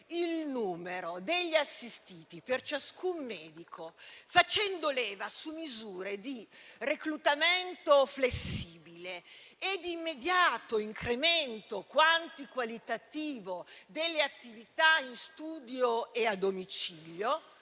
il numero degli assistiti per ciascun medico, facendo leva su misure di reclutamento flessibile e immediato incremento quanti-qualitativo delle attività in studio e a domicilio,